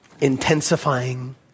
Intensifying